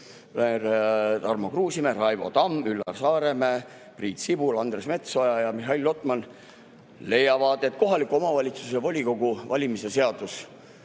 Tarmo Kruusimäe, Raivo Tamm, Üllar Saaremäe, Priit Sibul, Andres Metsoja ja Mihhail Lotman leiavad, et kohaliku omavalitsuse volikogu valimise seadus